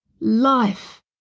life